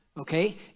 Okay